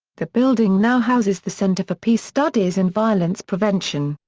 the building now houses the center for peace studies and violence prevention,